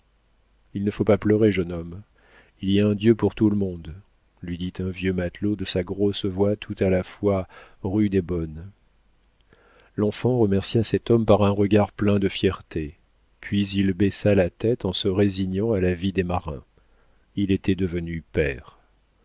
il ne faut pas pleurer jeune homme il y a un dieu pour tout le monde lui dit un vieux matelot de sa grosse voix tout à la fois rude et bonne l'enfant remercia cet homme par un regard plein de fierté puis il baissa la tête en se résignant à la vie des marins il était devenu